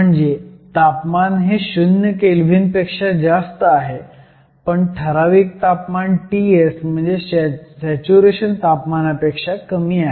म्हणजे तापमान हे 0 केल्व्हीन पेक्षा जास्त आहे पण ठराविक तापमान Ts म्हणजेच सॅच्युरेशन तापमानापेक्षा कमी आहे